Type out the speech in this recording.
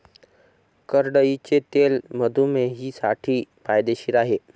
करडईचे तेल मधुमेहींसाठी फायदेशीर आहे